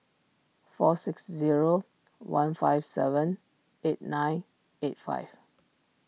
four six zero one five seven eight nine eight five